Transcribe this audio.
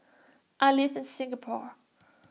I live in Singapore